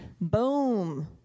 boom